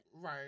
Right